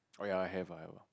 oh ya I have I have